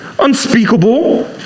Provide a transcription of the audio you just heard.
unspeakable